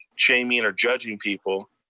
shaming, and or judging people,